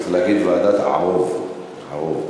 צריך להגיד ועדת ערו"ב, ערו"ב,